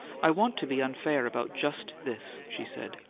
i want to be unfair about just this, she said,